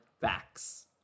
facts